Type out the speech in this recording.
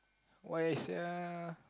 why sia